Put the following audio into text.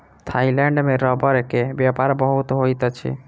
Thailand में रबड़ के व्यापार बहुत होइत अछि